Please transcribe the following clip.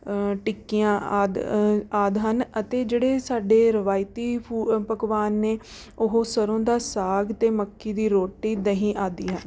ਟਿੱਕੀਆਂ ਆਦਿ ਆਦਿ ਹਨ ਅਤੇ ਜਿਹੜੇ ਸਾਡੇ ਰਵਾਇਤੀ ਫੂ ਪਕਵਾਨ ਨੇ ਉਹ ਸਰ੍ਹੋਂ ਦਾ ਸਾਗ ਅਤੇ ਮੱਕੀ ਦੀ ਰੋਟੀ ਦਹੀਂ ਆਦਿ ਹਨ